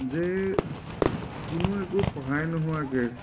যে কোনো একো সহায় নোহোৱাকৈ